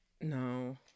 No